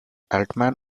altman